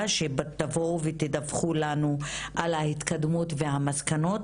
שבה אתם תגיעו ותדווחו לנו על ההתקדמות ועל המסקנות,